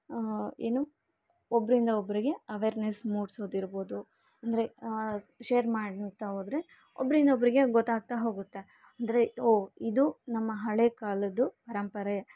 ಏನು ಒಬ್ರಿಂದ ಒಬ್ರಿಗೆ ಅವೆರ್ನೆಸ್ ಮೂಡಿಸೋದಿರ್ಬೋದು ಅಂದರೆ ಶೇರ್ ಮಾಡ್ತಾ ಹೋದ್ರೆ ಒಬ್ರಿಂದೊಬ್ರಿಗೆ ಗೊತಾಗ್ತಾ ಹೋಗುತ್ತೆ ಅಂದರೆ ಓಹ್ ಇದು ನಮ್ಮ ಹಳೇ ಕಾಲದ್ದು ಪರಂಪರೆ